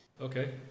Okay